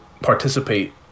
participate